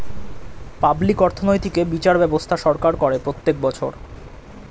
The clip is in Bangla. পাবলিক অর্থনৈতিক এ বিচার ব্যবস্থা সরকার করে প্রত্যেক বছর